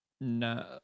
No